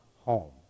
home